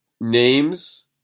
names